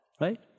right